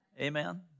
Amen